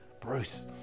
Bruce